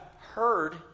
heard